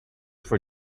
for